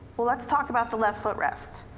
well, let's talk about the left footrest.